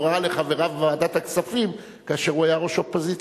הוראה לחבריו בוועדת השרים כשהוא היה ראש אופוזיציה: